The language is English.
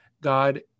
God